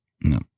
no